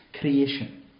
creation